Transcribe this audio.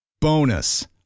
Bonus